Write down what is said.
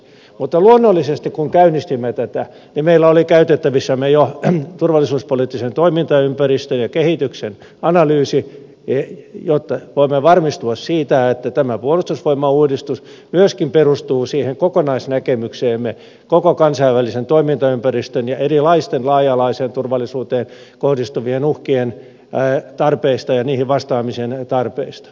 mutta luonnollisesti kun käynnistimme tätä meillä oli käytettävissämme jo turvallisuuspoliittisen toimintaympäristön ja kehityksen analyysi jotta voimme varmistua siitä että tämä puolustusvoimauudistus myöskin perustuu siihen kokonaisnäkemykseemme koko kansainvälisen toimintaympäristön ja erilaisten laaja alaiseen turvallisuuteen kohdistuvien uhkien tarpeista ja niihin vastaamisen tarpeista